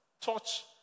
touch